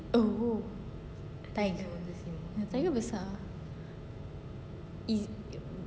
oh tiger no tiger besar ah !ee!